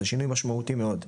זה שינוי משמעותי מאוד.